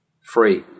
Free